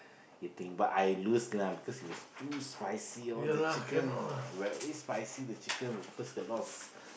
eating but I lose lah because it was too spicy lah all the chicken very spicy the chicken of course can lost